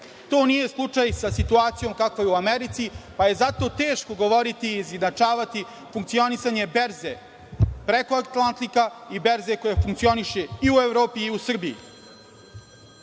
To nije slučaj sa situacijom kakva je u Americi, pa je zato teško govoriti i izjednačavati funkcionisanje berze preko Atlantika i berze koje funkcioniše i u Evropi i u Srbiji. Danas